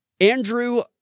Andrew